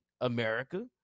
America